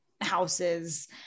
houses